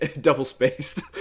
double-spaced